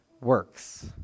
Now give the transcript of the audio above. works